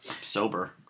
sober